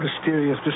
mysterious